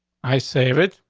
i save it.